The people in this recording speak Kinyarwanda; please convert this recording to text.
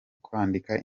kwandika